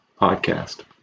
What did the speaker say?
podcast